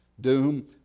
doom